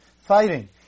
fighting